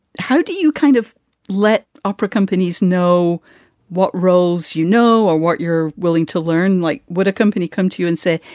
how do you kind of let opera companies know what roles you know or what you're willing to learn? like would a company come to you and say,